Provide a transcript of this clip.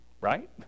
Right